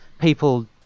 people